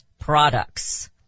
products